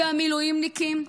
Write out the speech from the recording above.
והמילואימניקים?